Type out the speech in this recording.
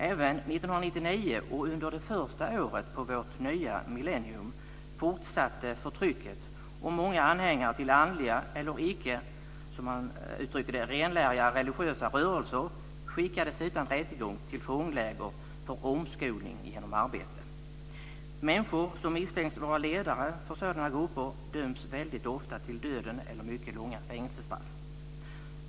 Även 1999 och under det första året på vårt nya millennium fortsatte förtrycket, och många anhängare till andliga eller icke, som man uttrycker det, renläriga religiösa rörelser skickades utan rättegång till fångläger för omskolning genom arbete. Människor som misstänks vara ledare för sådana grupper döms väldigt ofta till döden eller till mycket långa fängelsestraff.